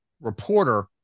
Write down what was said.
reporter